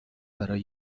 برای